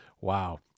wow